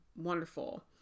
wonderful